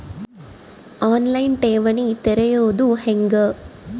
On line ಠೇವಣಿ ತೆರೆಯೋದು ಹೆಂಗ?